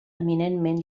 eminentment